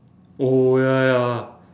oh ya ya ya